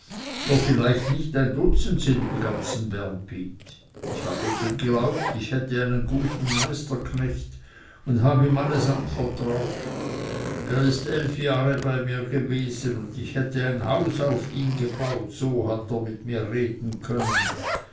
wo vielleicht nicht ein dutzend sind im ganzen bernbiet ich habe geglaubt ich hätte einen guten meisterknecht und hab ihm alles anvertraut er ist eilf jahre bei mir gewesen und ich hätte ein haus auf ihn gebaut so hat er mir reden können